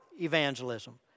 evangelism